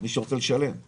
למי שרוצה לשלם.